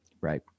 Right